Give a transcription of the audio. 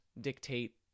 dictate